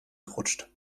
gerutscht